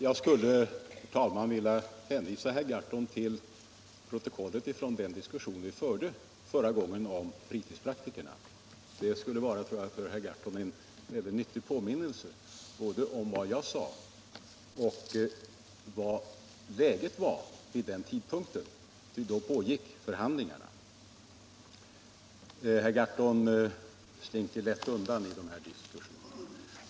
Herr talman! Jag vill hänvisa herr Gahrton till protokollet från den diskussion vi förde förra gången om fritidspraktikerna. Det tror jag skulle vara en för herr Gahrton nyttig påminnelse om både vad jag sade och hurudant läget var vid den tidpunkt då förhandlingarna pågick. Herr Gahrton slinker nu undan i denna diskussion.